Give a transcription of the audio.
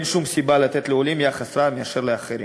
אין שום סיבה לתת לעולים יחס רע מאשר לאחרים.